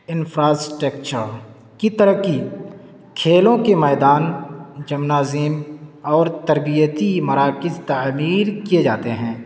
infrastructure کی ترقی کھیلوں کے میدان جمنا عظیم اور تربیتی مراکز تعمیر کیے جاتے ہیں